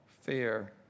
fear